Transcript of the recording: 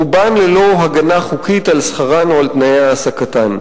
רובן ללא הגנה חוקית על שכרן או על תנאי העסקתן.